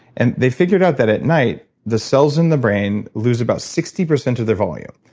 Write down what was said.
and they figured out that at night, the cells in the brain lose about sixty percent of their volume.